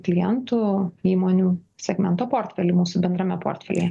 klientų įmonių segmento portfelį mūsų bendrame portfelyje